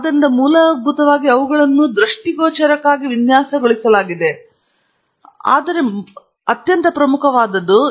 ಆದ್ದರಿಂದ ಮೂಲಭೂತವಾಗಿ ಅವುಗಳನ್ನು ನನ್ನ ದೃಷ್ಟಿಗೋಚರಕ್ಕಾಗಿ ವಿನ್ಯಾಸಗೊಳಿಸಲಾಗಿದೆ ಮತ್ತು ಅದಕ್ಕಾಗಿಯೇ ನಾನು ಅವರನ್ನು ಧರಿಸುತ್ತಿದ್ದೇನೆ ಆದರೆ ಅತ್ಯಂತ ಪ್ರಮುಖವಾದದ್ದು